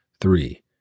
Three